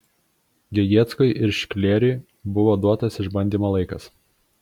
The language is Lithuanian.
gegieckui ir šklėriui buvo duotas išbandymo laikas